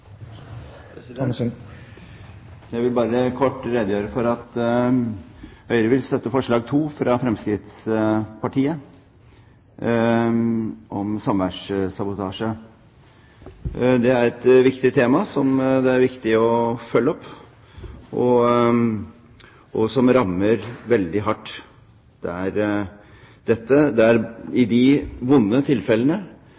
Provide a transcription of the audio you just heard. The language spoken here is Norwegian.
Jeg vil bare kort redegjøre for at Høyre vil støtte forslag nr. 2, fra Fremskrittspartiet, om samværssabotasje. Det er et viktig tema som det er viktig å følge opp, og som rammer veldig hardt i de vonde tilfellene der barn blir et maktmiddel mellom tidligere partnere. Det er